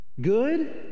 Good